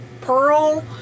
pearl